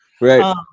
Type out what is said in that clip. Right